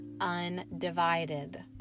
undivided